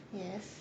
yes